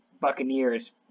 Buccaneers